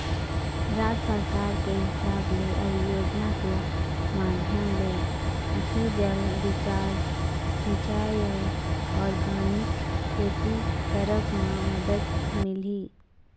राज सरकार के हिसाब ले अउ योजना के माधियम ले, भू जल रिचार्ज, सिंचाई अउ आर्गेनिक खेती करब म मदद मिलही